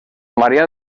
maria